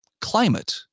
climate